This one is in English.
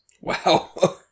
Wow